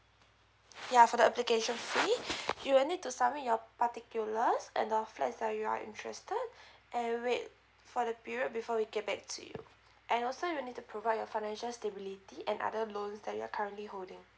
ya for the application fee you will need to submit your particulars and the flat that you are are interested and wait for the period before we get back to you and also you need to provide a financial stability and other loans that you're currently holding